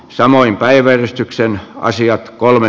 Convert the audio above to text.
samoin päiväjärjestykseen asiat kolme